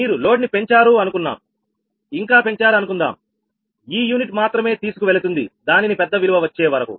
మీరు లోడ్ నీ పెంచారు అనుకున్నాం ఇంకా పెంచారు అనుకున్నాం ఈ యూనిట్ మాత్రమే తీసుకు వెళుతుంది దానిని పెద్ద విలువ వచ్చే వరకు